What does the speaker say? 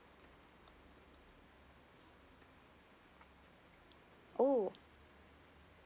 oh